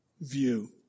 view